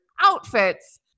outfits